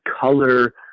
color